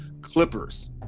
clippers